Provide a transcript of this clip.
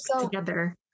together